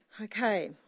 Okay